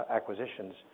Acquisitions